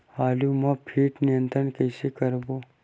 आलू मा कीट नियंत्रण कइसे करबो?